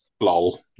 Lol